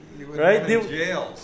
right